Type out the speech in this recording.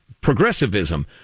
progressivism